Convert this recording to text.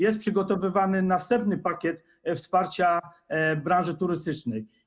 Jest przygotowywany następny pakiet wsparcia branży turystycznej.